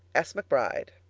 s. mcbride.